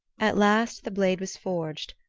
at last the blade was forged,